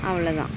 அவ்வளோதான்